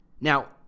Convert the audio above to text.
Now